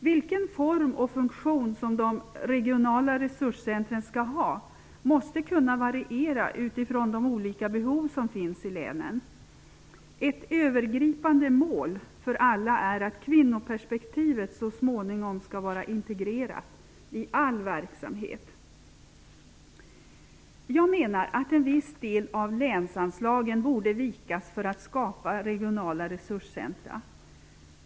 Vilken form och funktion som de regionala rersurscentren skall ha måste kunna variera utifrån de olika behov som finns i länen. Ett övergripande mål för alla är att kvinnoperspektivet så småningom skall vara integrerat i all verksamhet. Jag menar att en viss del av länsanslagen borde vikas för att skapa regionala resurscentra.